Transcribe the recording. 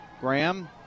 Graham